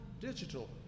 digital